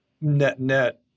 net-net